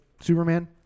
Superman